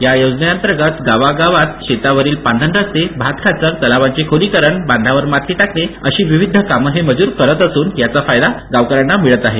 या योजनेबंतर्गत गावागावात शेतावरील पाणंद रस्ते भात खाचर तलावाचे खोलीकरण बांधावर माती टाकणे अशी विविध कामं हे मजूर करीत असून याचा फायदा गावकऱ्यांनाही मिळत आहे